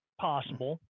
possible